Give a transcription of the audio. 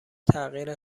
تغییر